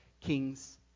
kings